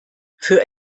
für